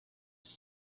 have